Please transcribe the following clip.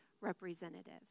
representative